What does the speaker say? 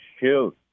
Shoot